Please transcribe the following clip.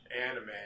anime